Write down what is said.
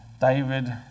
David